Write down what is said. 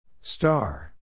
Star